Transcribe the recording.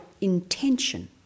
intention